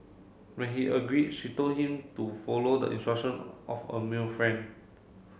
when he agreed she told him to follow the instruction of a male friend